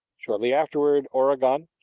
shortly afterward oregon,